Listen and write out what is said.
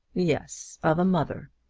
yes of a mother.